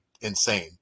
insane